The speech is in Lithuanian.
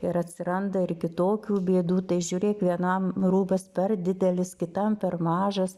ir atsiranda ir kitokių bėdų tai žiūrėk vienam rūbas per didelis kitam per mažas